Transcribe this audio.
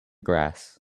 grass